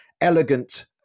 elegant